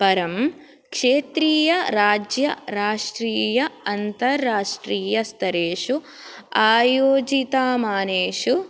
परं क्षेत्रीय राज्य राष्ट्रिय अन्ताराष्ट्रिय स्तरेषु आयोजितमानेषु